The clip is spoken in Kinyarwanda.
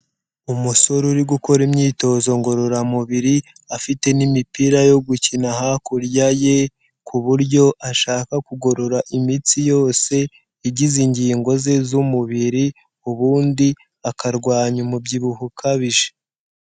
Umusore uri gukora imyitozo ngororamubiri, afite n'imipira yo gukina hakurya ye ku buryo ashaka kugorora imitsi yose igize ingingo ze z'umubiri ubundi akarwanya umubyibuho ukabije.